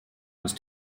ist